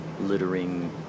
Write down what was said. littering